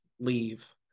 leave